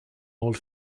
old